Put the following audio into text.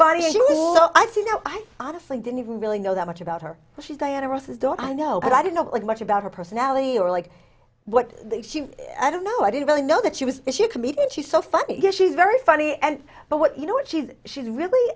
know i honestly didn't even really know that much about her but she's diana ross is don't i know but i didn't like much about her personality or like what she i don't know i didn't really know that she was she a comedian she's so funny she's very funny and but what you know what she's she's really